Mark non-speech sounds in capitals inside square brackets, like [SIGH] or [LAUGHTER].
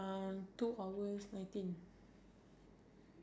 what do you call that [BREATH] the compact powder like the